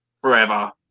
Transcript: forever